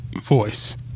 Voice